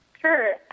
Sure